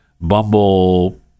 bumble